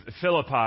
Philippi